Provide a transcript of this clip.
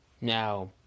Now